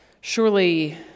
Surely